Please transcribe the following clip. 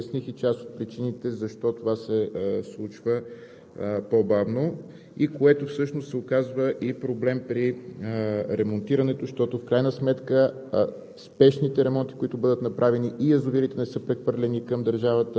Враца – 49. При един от предходните отговори обясних и част от причините защо това се случва по-бавно, което всъщност се оказва и проблем при ремонтирането, защото в крайна сметка